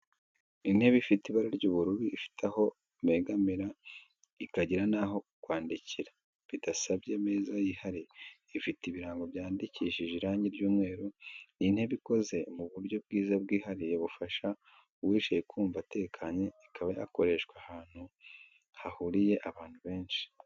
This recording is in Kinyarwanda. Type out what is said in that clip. Intebe ifite ibara ry'ubururu ifite aho begamira ikagira n'aho kwandikira bidasabye ameza yihariye, ifite ibirango byandikishije irangi ry'umweru. Ni intebe ikoze mu buryo bwiza bwihariye bufasha uyicayemo kumva atekanye, ikaba yakoreshwa ahantu hahuriye abantu benshi.